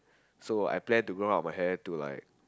so I plan to grow out my hair to like